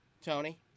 Tony